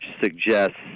suggests